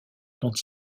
dont